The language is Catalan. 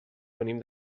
venim